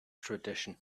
tradition